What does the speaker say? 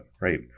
right